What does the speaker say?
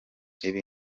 ibi